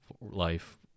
life